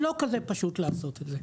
לא כזה פשוט לעשות את זה,